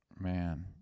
man